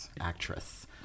actress